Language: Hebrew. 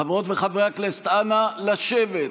חברות וחברי הכנסת, נא לשבת.